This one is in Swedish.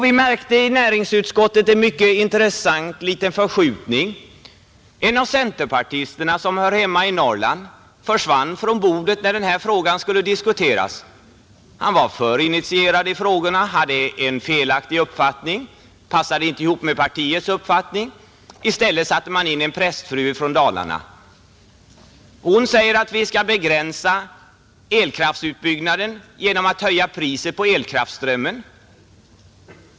Vi märkte i näringsutskottet en mycket intressant liten förskjutning. En av centerpartisterna som hör hemma i Norrland försvann från bordet när den här frågan skulle diskuteras. Han var för initierad i frågan, hade en felaktig uppfattning som inte passade ihop med partiets uppfattning. I stället satte man in en prästfru från Dalarna. Hon säger att vi skall begränsa elkraftutbyggnaden genom att höja priset på elkraften.